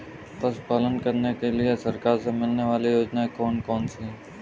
पशु पालन करने के लिए सरकार से मिलने वाली योजनाएँ कौन कौन सी हैं?